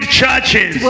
churches